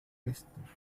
oeste